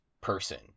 person